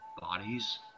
Bodies